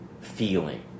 feeling